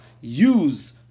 use